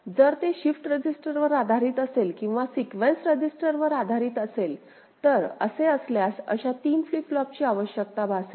जर ते शिफ्ट रजिस्टरवर आधारित असेल किंवा सीक्वेन्स रजिस्टरवर आधारित असेल तर असे असल्यास अशा तीन फ्लिप फ्लॉपची आवश्यकता भासेल